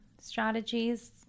strategies